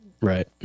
Right